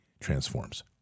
transforms